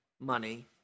money